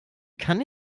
kann